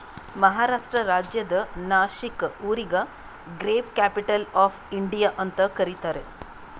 ಮಹಾರಾಷ್ಟ್ರ ರಾಜ್ಯದ್ ನಾಶಿಕ್ ಊರಿಗ grape capital of India ಅಂತ್ ಕರಿತಾರ್